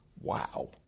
wow